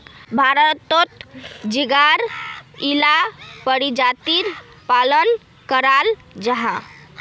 भारतोत झिंगार इला परजातीर पालन कराल जाहा